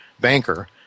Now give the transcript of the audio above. Banker